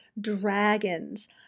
Dragons